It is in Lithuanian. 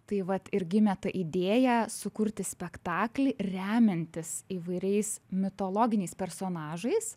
tai vat ir gimė ta idėja sukurti spektaklį remiantis įvairiais mitologiniais personažais